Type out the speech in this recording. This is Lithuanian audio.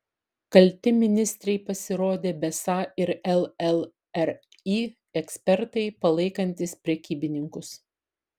kalti ministrei pasirodė besą ir llri ekspertai palaikantys prekybininkus